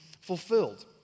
fulfilled